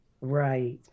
Right